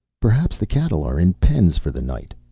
perhaps the cattle are in pens for the night,